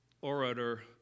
orator